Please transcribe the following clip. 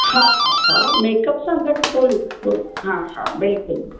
हा हा हा मेकअप सां अगु फ़ुल फ़ुल हा हा बिल्कुलु